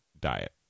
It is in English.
diet